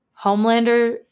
Homelander